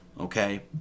okay